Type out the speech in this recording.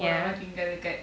ya